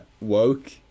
woke